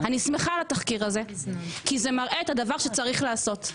אני שמחה על התחקיר הזה כי זה מראה את הדבר שצריך לעשות.